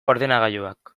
ordenagailuak